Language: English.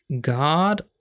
God